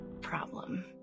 problem